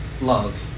love